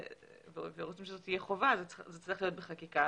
אם רוצים שזו תהיה חובה, זה צריך להיות בחקיקה.